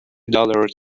dollars